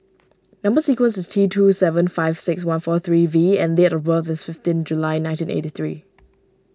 Number Sequence is T two seven five six one four three V and date of birth is fifteen July nineteen eighty three